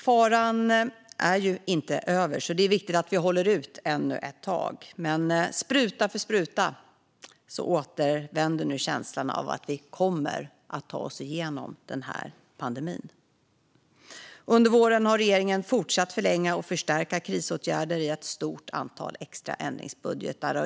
Faran är inte över, så det är viktigt att vi håller ut ännu ett tag. Men spruta för spruta återvänder nu känslan av att vi kommer att ta oss igenom den här pandemin. Under våren har regeringen fortsatt förlänga och förstärka krisåtgärder i ett stort antal extra ändringsbudgetar.